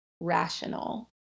rational